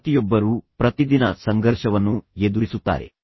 ಈಗ ಪ್ರತಿಯೊಬ್ಬರೂ ತಮ್ಮ ಜೀವನದಲ್ಲಿ ಪ್ರತಿದಿನ ಸಂಘರ್ಷವನ್ನು ಎದುರಿಸುತ್ತಾರೆ